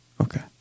Okay